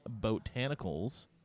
botanicals